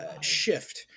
shift